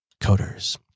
coders